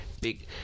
big